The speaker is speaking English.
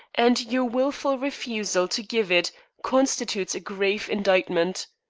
and your wilful refusal to give it constitutes a grave indictment.